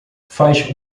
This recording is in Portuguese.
faz